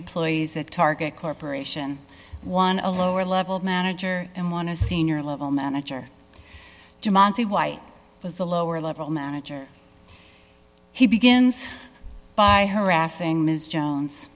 employees at target corporation one a lower level manager and one a senior level manager to monte white was the lower level manager he begins by harassing ms jones